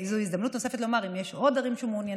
זו הזדמנות נוספת לומר: אם יש עוד ערים שמעוניינות,